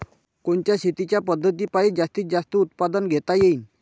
कोनच्या शेतीच्या पद्धतीपायी जास्तीत जास्त उत्पादन घेता येईल?